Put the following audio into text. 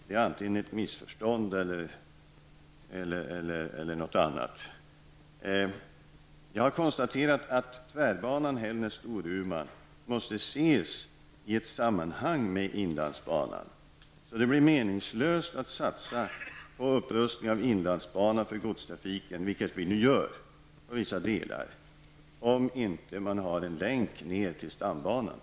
Det är ett missförstånd eller något annat. Jag har konstaterat att tvärbanan Hällnäs-- Storuman måste ses i ett sammanhang med inlandsbanan. Det blir meningslöst att satsa på upprustning av inlandsbanan för godstrafiken, vilket vi nu gör på vissa delar, om man inte har en länk ned till stambanan.